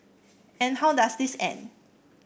and how does this end